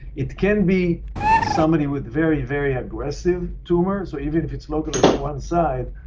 it can be somebody with very, very aggressive tumor. so even if it's localized to one side,